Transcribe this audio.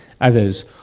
others